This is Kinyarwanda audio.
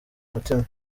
mutima